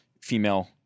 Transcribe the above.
female